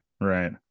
Right